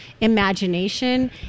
imagination